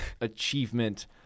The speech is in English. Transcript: achievement